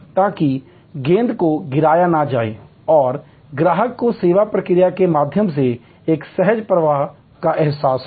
ताकि गेंद को गिराया न जाए और ग्राहक को सेवा प्रक्रिया के माध्यम से एक सहज प्रवाह का एहसास हो